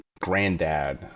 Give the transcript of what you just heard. granddad